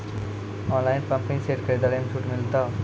Online pumping set खरीदारी मे छूट मिलता?